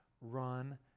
run